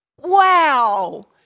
wow